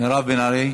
מירב בן ארי,